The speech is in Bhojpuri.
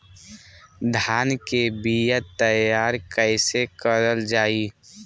धान के बीया तैयार कैसे करल जाई?